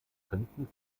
könnten